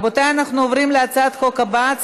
בעד, 31, 45 מתנגדים, אין נמנעים.